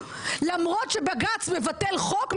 למרות שבג"ץ מבטל חוק,